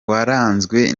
waranzwe